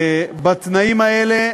בתנאים האלה,